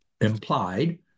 implied